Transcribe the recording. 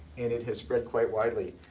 and it has spread quite widely.